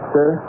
Sir